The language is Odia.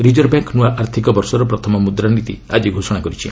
ରିଜର୍ଭ ବ୍ୟାଙ୍କ ନୂଆ ଆର୍ଥିକ ବର୍ଷର ପ୍ରଥମ ମୁଦ୍ରାନୀତି ଆକି ଘୋଷଣା କରିଛି